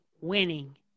Winning